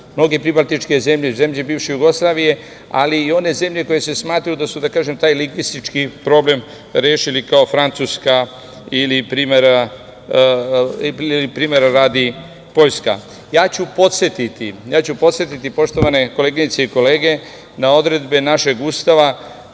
mnoge pribaltičke zemlje, zemlje bivše Jugoslavije, ali i one zemlje koje se smatraju da su, da kažem, taj lingvistički problem rešili kao Francuska ili primera radi Poljska. Ja ću podsetiti, poštovane koleginice i kolege, na odredbe našeg Ustava